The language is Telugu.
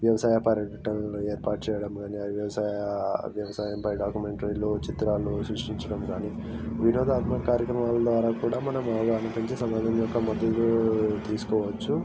వ్యవసాయ పర్యటనలను ఏర్పాటు చేయడం కానీ అవి వ్యవసాయ వ్యవసాయంపై డాక్యుమెంటరీలో చిత్రాలు సృష్టించడం కానీ వినోదాత్మక కార్యక్రమాల ద్వారా కూడా మనం అవగాహన పెంచి సమాజం యొక్క మద్దతు తీసుకోవచ్చు